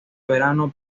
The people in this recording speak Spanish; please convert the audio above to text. verano